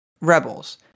Rebels